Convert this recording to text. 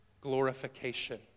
glorification